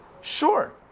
Sure